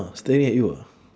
ah staring at you ah